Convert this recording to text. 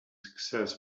success